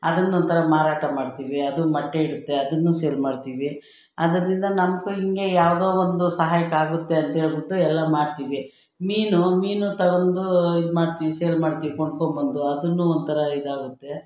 ಅದ್ರ ನಂತರ ಮಾರಾಟ ಮಾಡ್ತೀವಿ ಅದು ಮೊಟ್ಟೆ ಇಡುತ್ತೆ ಅದನ್ನು ಸೇಲ್ ಮಾಡ್ತೀವಿ ಅದರಿಂದ ನಮ್ಗೂ ಹಿಂಗೆ ಯಾವುದೋ ಒಂದು ಸಹಾಯಕ್ಕಾಗುತ್ತೆ ಅಂತೇಳಿಬಿಟ್ಟು ಎಲ್ಲ ಮಾರ್ತೀವಿ ಮೀನು ಮೀನು ತಗೊಂಡು ಇದ್ಮಾಡ್ತೀವಿ ಸೇಲ್ ಮಾಡ್ತೀವಿ ಕೊಂಡುಕೊಂಡ್ಬಂದು ಅದನ್ನು ಒಂಥರ ಇದಾಗುತ್ತೆ